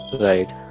Right